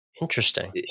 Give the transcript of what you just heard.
Interesting